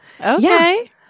Okay